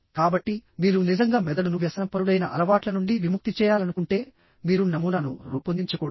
కాబట్టి మీరు నిజంగా మెదడును వ్యసనపరుడైన అలవాట్ల నుండి విముక్తి చేయాలనుకుంటే మీరు నమూనాను రూపొందించకూడదు